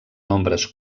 nombres